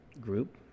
group